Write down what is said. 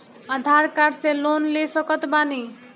आधार card से loan ले सकत बणी?